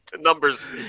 numbers